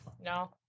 No